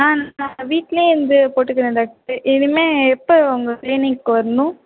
ஆ நான் வீட்டிலே இருந்து போட்டுக்கறேன் டாக்டர் இனிமே எப்போ உங்கள் கிளீனிக் வரணும்